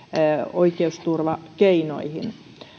oikeusturvakeinoihin